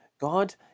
God